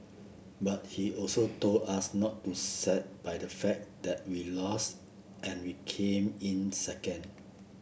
but he also told us not too sad by the fact that we lost and we came in second